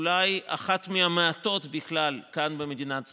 אולי אחת מהמעטות בכלל כאן במדינת ישראל,